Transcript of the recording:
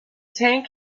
tank